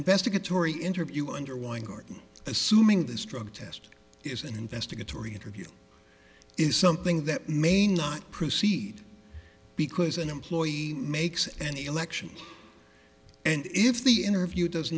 investigatory interview under weingarten assuming this drug test is an investigatory interview is something that may not proceed because an employee makes any election and if the interview does